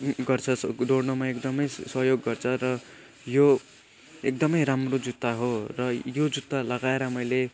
गर्छ दौडनमा एकदमै सहयोग गर्छ र यो एकदमै राम्रो जुत्ता हो र यो जुत्ता लगाएर मैले